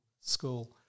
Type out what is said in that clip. school